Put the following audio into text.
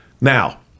Now